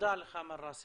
תודה לך, מר ראסם.